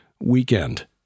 weekend